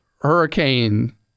hurricane